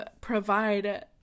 provide